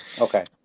Okay